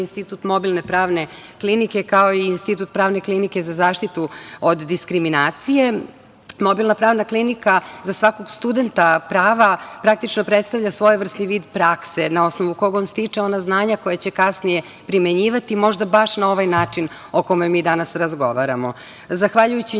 Institut mobilne pravne klinike, kao i Institut pravne klinike za zaštitu od diskriminacije. Mobilna pravna klinika za svakog studenta prava praktično predstavlja svojevrsni vid prakse na osnovu kog on stiče ona znanja koja će kasnije primenjivati, možda baš na ovaj način o kome mi danas razgovaramo. Zahvaljujući